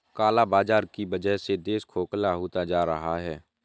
काला बाजार की वजह से देश खोखला होता जा रहा है